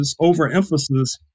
overemphasis